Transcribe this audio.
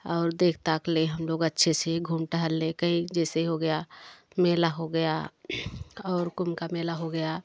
और देख दाख ले हम लोग अच्छे से घूम टहल ले कहीं जैसे हो गया मेला हो गया और कुंभ का मेला हो गया